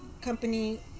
company